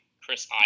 Chris